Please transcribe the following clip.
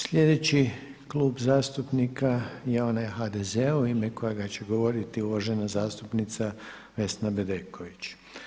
Sljedeći Klub zastupnika je onaj HDZ-a u ime kojega će govoriti uvažena zastupnica Vesna Bedeković.